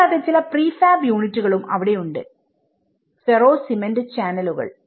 കൂടാതെ ചില പ്രീഫാബ് യൂണിറ്റുകളും അവിടെ ഉണ്ട് ഫെറോ സിമന്റ് ചാനലുകൾ പോലുള്ളവ